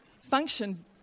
function